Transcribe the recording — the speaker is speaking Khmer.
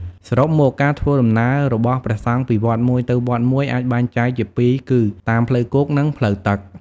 សរុបមក ការធ្វើដំណើររបស់ព្រះសង្ឃពីវត្តមួយទៅវត្តមួយអាចបែងចែកជាពីរគឺតាម ផ្លូវគោក និងផ្លូវទឹក។